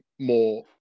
more